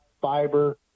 fiber